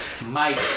Mike